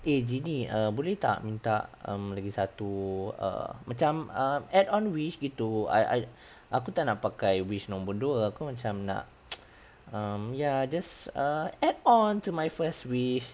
eh genie err boleh tak minta um lagi satu err macam err add on wish begitu I I aku tak nak pakai wish nombor dua kau macam nak um ya just uh add on to my first wish